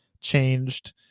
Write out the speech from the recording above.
changed